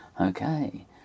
Okay